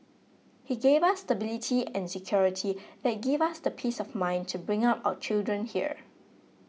he gave us stability and security that give us the peace of mind to bring up our children here